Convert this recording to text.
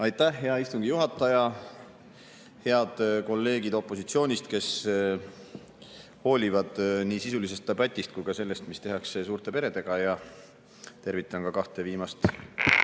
Aitäh, hea istungi juhataja! Head kolleegid opositsioonist, kes hoolivad nii sisulisest debatist kui ka sellest, mis tehakse suurte peredega! Ja tervitan ka kahte viimast